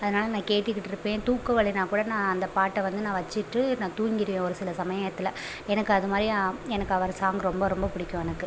அதனால் நான் கேட்டுக்கிட்டுருப்பேன் தூக்கம் வரல்லேனா கூட நான் அந்த பாட்டை வந்து நான் வச்சுட்டு நான் தூங்கிருவேன் ஒரு சில சமயத்தில் எனக்கு அது மாதிரி எனக்கு அவர் சாங் ரொம்ப ரொம்ப பிடிக்கும் எனக்கு